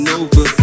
over